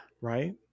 Right